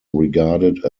regarded